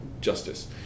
justice